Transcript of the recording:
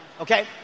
okay